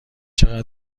چقدر